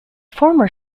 former